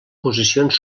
posicions